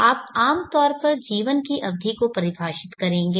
आप आमतौर पर जीवन की अवधि को परिभाषित करेंगे